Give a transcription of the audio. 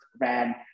ran